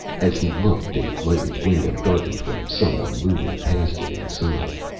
as he looked, a lighted window darkened from someone moving past it inside.